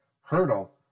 Hurdle